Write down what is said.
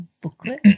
booklet